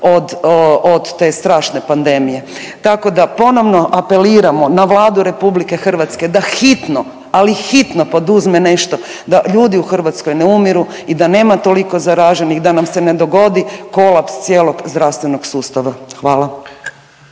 od te strašne pandemije. Tako da ponovno apeliramo na Vladu RH da hitno, ali hitno poduzme nešto da ljudi u Hrvatskoj ne umiru i da nema toliko zaraženi da nam se ne dogodi kolaps cijelog zdravstvenog sustava. Hvala.